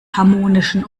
harmonischen